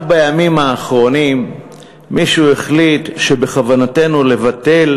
רק בימים האחרונים מישהו החליט שבכוונתנו לבטל,